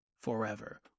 forever